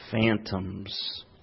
phantoms